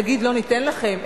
נגיד: לא ניתן לכם?